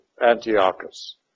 Antiochus